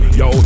yo